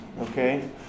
Okay